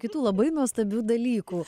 kitų labai nuostabių dalykų